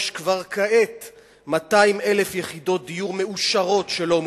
יש כבר כעת 200,000 יחידות דיור מאושרות שלא מומשו,